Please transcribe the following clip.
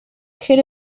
could